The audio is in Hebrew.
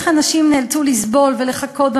איך אנשים נאלצו לסבול ולחכות,